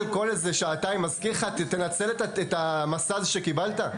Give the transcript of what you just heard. כל שעתיים ומזכיר לך לנצל את המסאז' שקיבלת?